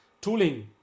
tooling